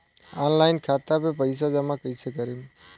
Online खाता मे पईसा जमा कइसे करेम?